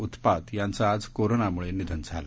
उत्पात यांचं आज कोरोनामूळं निधन झालं